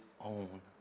own